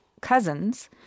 cousins